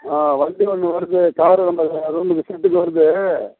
ஆ வண்டி ஒன்று வருது காரு நம்ம ரூமுக்கு ஷெட்டுக்கு வருது